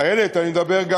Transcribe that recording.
איילת, אני מדבר גם בשבילך.